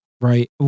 Right